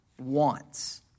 wants